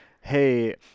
hey